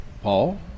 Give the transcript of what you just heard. Paul